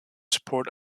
support